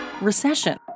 recession